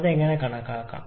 അത് എങ്ങനെ കണക്കാക്കാം